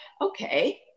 okay